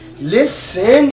Listen